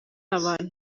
abantu